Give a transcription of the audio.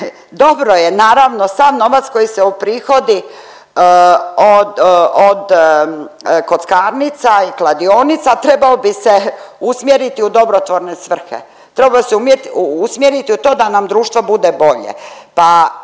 dobro je naravno sav novac koji se uprihodi od, od kockarnica i kladionica trebao bi se usmjeriti u dobrotvorne svrhe, treba se usmjeriti u to da nam društvo bude bolje,